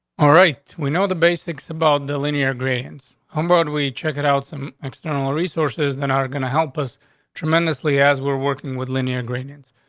all right, we know the basics about the linear grains. humbled. we check it out. some external resource is that are gonna help us tremendously as we're working with linear ingredients.